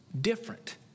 different